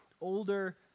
older